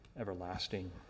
everlasting